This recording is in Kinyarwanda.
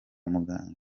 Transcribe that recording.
muganga